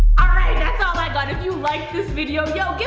all right, that's all i got. if you like this video, yo give